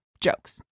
jokes